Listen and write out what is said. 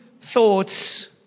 thoughts